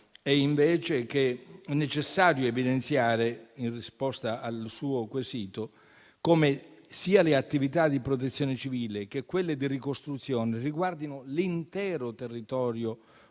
è invece che è necessario evidenziare, in risposta al suo quesito, come sia le attività di protezione civile, sia quelle di ricostruzione riguardino l'intero territorio